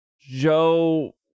Joe